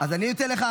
אז אני אתן לך,